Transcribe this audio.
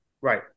right